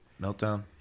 meltdown